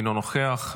אינו נוכח,